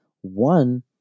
one